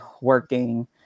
working